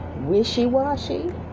wishy-washy